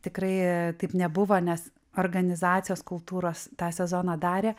tikrai taip nebuvo nes organizacijos kultūros tą sezoną darė